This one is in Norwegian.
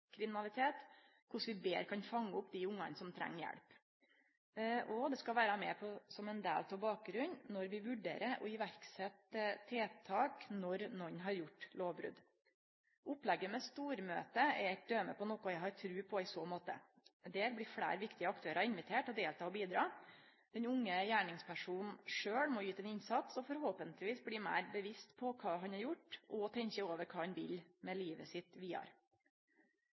kriminalitet, korleis vi betre kan fange opp dei ungane som treng hjelp. Det skal vere med som ein del av bakgrunnen når vi vurderer å setje i verk tiltak når nokon har gjort lovbrot. Opplegget med stormøte er eit døme på noko eg har tru på i så måte. Der blir fleire viktige aktørar inviterte til å delta og bidra. Den unge gjerningspersonen sjølv må yte ein innsats og forhåpentlegvis bli meir bevisst på kva han har gjort, og tenkje over kva han vil med livet sitt vidare.